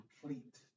complete